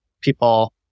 people